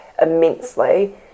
immensely